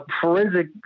forensic